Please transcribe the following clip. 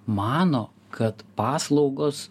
mano kad paslaugos